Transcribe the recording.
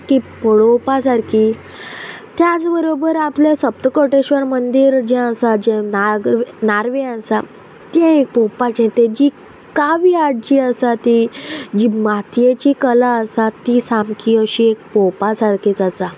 ती पळोवपा सारकी त्याच बरोबर आपले सप्तकोटेश्वर मंदीर जे आसा जे नार नार्वे आसा ते पोवपाचें तेजी कावी आर्ट जी आसा ती जी मातयेची कला आसा ती सामकी अशी एक पोवपा सारकीच आसा